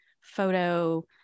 photo